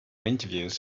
interviews